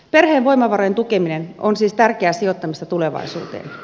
perheen voimavarojen tukeminen on siis tärkeää sijoittamista tulevaisuuteen